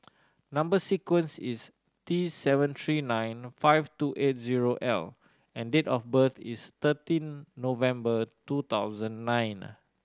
number sequence is T seven three nine five two eight zero L and date of birth is thirteen November two thousand nine